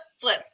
flip